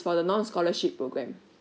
for the non scholarship program